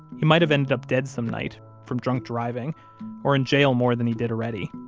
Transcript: he might have ended up dead some night from drunk driving or in jail more than he did already.